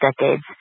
decades